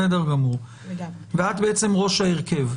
ואת בעצם ראש ההרכב.